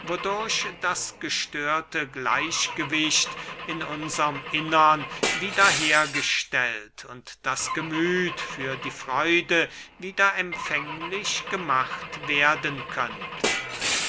wodurch das gestörte gleichgewicht in unserm innern wieder hergestellt und das gemüth für die freude wieder empfänglich gemacht werden könnte